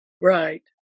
Right